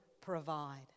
provide